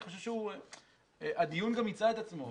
אני חושב שהדיון גם מיצה את עצמו.